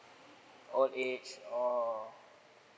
oh age oh